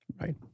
Right